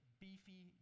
beefy